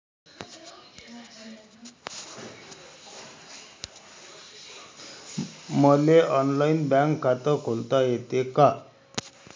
मले online bank खात खोलता येते का?